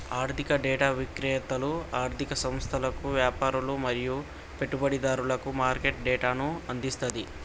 ఆర్థిక డేటా విక్రేతలు ఆర్ధిక సంస్థలకు, వ్యాపారులు మరియు పెట్టుబడిదారులకు మార్కెట్ డేటాను అందిస్తది